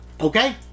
okay